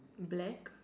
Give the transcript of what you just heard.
black